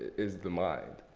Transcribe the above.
is the mind.